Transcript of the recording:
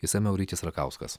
išsamiau rytis rakauskas